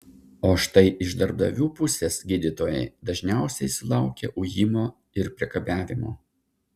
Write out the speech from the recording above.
o štai iš darbdavių pusės gydytojai dažniausiai sulaukia ujimo ir priekabiavimo